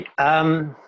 Okay